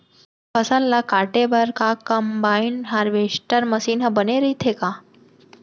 फसल ल काटे बर का कंबाइन हारवेस्टर मशीन ह बने रइथे का?